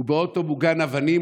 הוא באוטו מוגן אבנים,